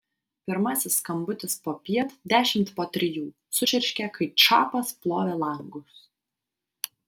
pirmasis skambutis popiet dešimt po trijų sučirškė kai čapas plovė langus